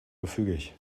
gefügig